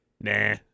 nah